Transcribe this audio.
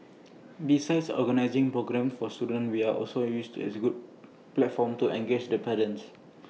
besides organising programmes for students we are also use to as A good platform to engage the parents